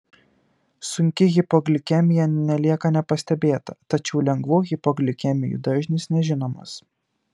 sunki hipoglikemija nelieka nepastebėta tačiau lengvų hipoglikemijų dažnis nežinomas